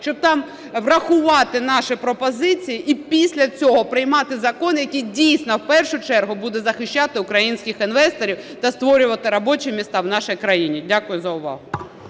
щоб там врахувати наші пропозиції. І після цього приймати закон, який дійсно в першу чергу буде захищати українських інвесторів та створювати робочі місця в нашій країні. Дякую за увагу.